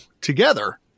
together